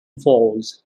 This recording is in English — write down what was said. falls